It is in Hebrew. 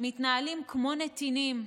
מתנהלים כמו נתינים,